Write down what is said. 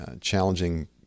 challenging